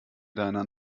deiner